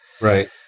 Right